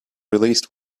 released